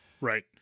right